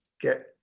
get